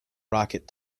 rocket